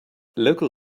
local